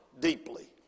deeply